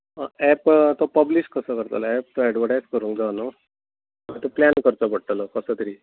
app तो publish कसो करतले एप तो एडवटायज करूंक जाय न्ही तो प्लॅन करचो पडटलो कसो तरी